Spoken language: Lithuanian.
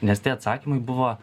nes tie atsakymai buvo